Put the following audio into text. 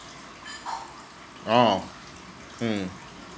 oh mm